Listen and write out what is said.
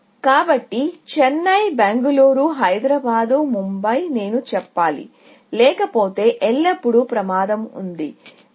కాబట్టి చెన్నై బెంగళూరు హైదరాబాద్ ముంబై నేను చెప్పాలి లేకపోతే ఎల్లప్పుడూ ప్రమాదం ఉంది మరియు